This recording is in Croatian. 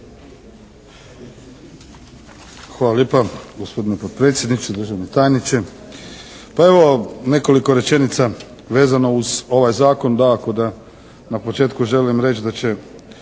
Hvala lijepa gospodine potpredsjedniče, državni tajniče. Pa evo, nekoliko rečenica vezano uz ovaj zakon, tako da na početku želim reći da će